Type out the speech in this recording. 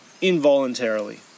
involuntarily